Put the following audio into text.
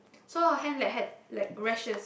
so her hand like had like rashes